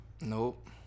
nope